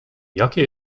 jakie